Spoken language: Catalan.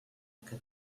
que